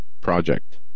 Project